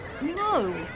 No